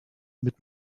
mit